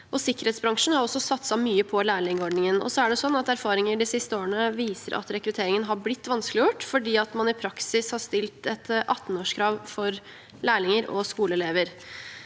Sikkerhetsbransjen har også satset mye på lærlingordningen, og erfaringer de siste årene viser at rekrutteringen har blitt vanskeliggjort fordi man i praksis har stilt et 18-årskrav for lærlinger og skoleelever.